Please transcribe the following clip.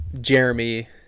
jeremy